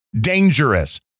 dangerous